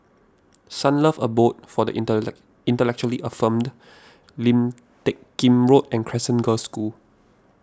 Sunlove Abode for the Inter Intellectually Infirmed Lim Teck Kim Road and Crescent Girls' School